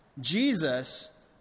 Jesus